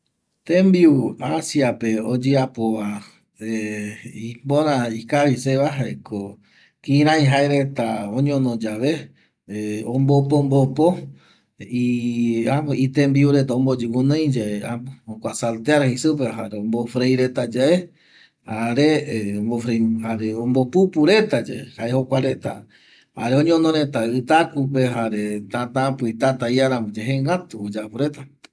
Temiu asiape oyeapova ipöra ikavi seva jaeko kirai jaereta oñono yave ombopo mbopo itembiu reta omboyƚ guƚnoiyae jokua salteada jei supeva ombo frei retayae jare ombopupu reta yae jokua reta jare oñonoreta ƚtakupe jare tatapƚii tata iaramboyae täta jengätu